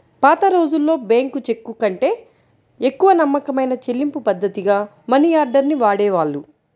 పాతరోజుల్లో బ్యేంకు చెక్కుకంటే ఎక్కువ నమ్మకమైన చెల్లింపుపద్ధతిగా మనియార్డర్ ని వాడేవాళ్ళు